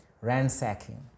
Ransacking